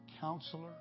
Counselor